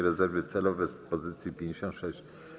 Rezerwy celowe w pozycji 56: